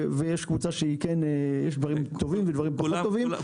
ויש קבוצה שיש בה דברים טובים ודברים פחות טובים.